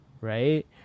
right